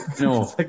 No